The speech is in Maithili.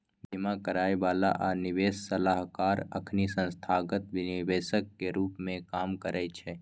बीमा करइ बला आ निवेश सलाहकार अखनी संस्थागत निवेशक के रूप में काम करइ छै